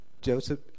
Joseph